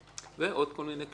ועוד כל מיני קשיים.